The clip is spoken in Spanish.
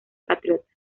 patriota